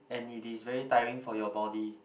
and it is very tiring for your body